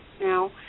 Now